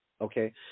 Okay